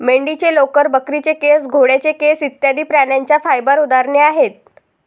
मेंढीचे लोकर, बकरीचे केस, घोड्याचे केस इत्यादि प्राण्यांच्या फाइबर उदाहरणे आहेत